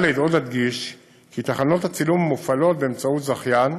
עוד אדגיש כי תחנות הצילום מופעלות באמצעות זכיין,